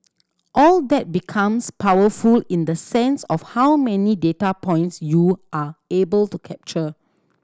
all that becomes powerful in the sense of how many data points you are able to capture